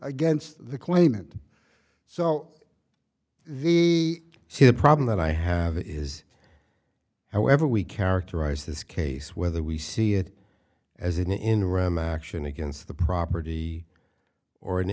against the claimant so the we see the problem that i have is however we characterize this case whether we see it as an interim action against the property or an